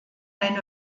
eine